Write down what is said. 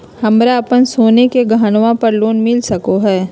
हमरा अप्पन सोने के गहनबा पर लोन मिल सको हइ?